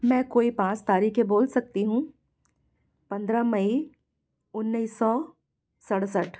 मैं कोई पाँच तारीखे के बोल सकती हूँ पन्द्रह मई उन्नीस सौ सड़सठ